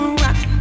rock